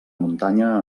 muntanya